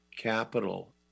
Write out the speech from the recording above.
Capital